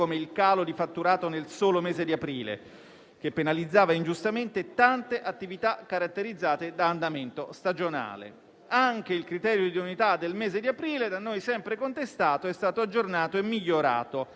calo di fatturato nel solo mese di aprile, che penalizzava ingiustamente tante attività caratterizzate da andamento stagionale. Anche il criterio di idoneità del mese di aprile, da noi sempre contestato, è stato aggiornato e migliorato